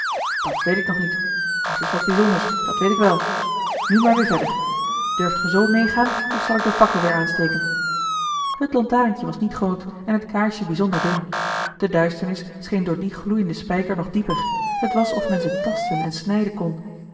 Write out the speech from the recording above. dat weet ik nog niet maar het is wat bijzonders dat weet ik wel nu maar weer verder durft ge zoo meegaan of zal ik de fakkel weer aansteken het lantarentje was niet groot en het kaarsje bijzonder dun de duisternis scheen door dien gloeienden spijker nog dieper het was of men ze tasten en snijden kon